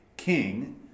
king